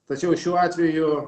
tačiau šiuo atveju